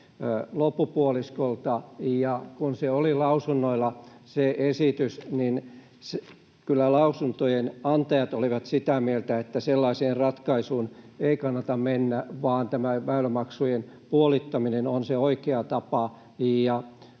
loppupuoliskolta, ja kun se esitys oli lausunnoilla, niin kyllä lausuntojen antajat olivat sitä mieltä, että sellaiseen ratkaisuun ei kannata mennä vaan tämä väylämaksujen puolittaminen on se oikea tapa